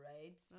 right